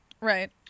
Right